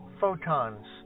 photons